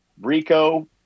Rico